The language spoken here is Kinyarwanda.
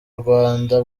rwanda